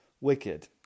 wicked